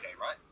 right